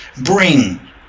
bring